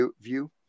View